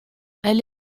elle